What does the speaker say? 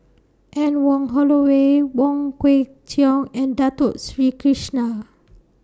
Anne Wong Holloway Wong Kwei Cheong and Dato Sri Krishna